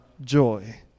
joy